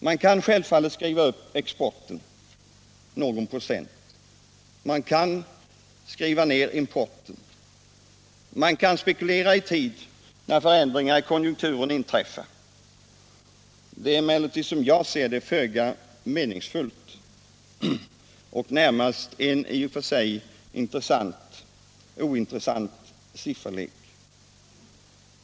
Man kan självfallet skriva upp exporten någon procent, man kan skriva ned importen, och man kan spekulera om vid vilken tidpunkt förändringar i konjunkturen kan komma att inträffa. Det är emellertid som jag ser det föga meningsfullt; i bästa fall är det en i och för sig intressant sifferlek.